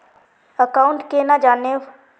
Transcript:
Account केना जाननेहव?